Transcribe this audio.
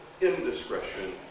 indiscretion